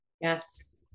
Yes